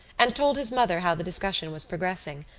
and told his mother how the discussion was progressing,